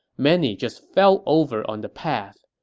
many just fell over on the path.